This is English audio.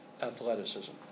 athleticism